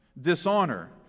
dishonor